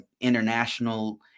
international